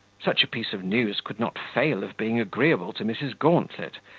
such a piece of news could not fail of being agreeable to mrs. gauntlet,